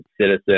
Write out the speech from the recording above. Citizen